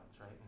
right